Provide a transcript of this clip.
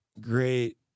great